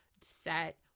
Set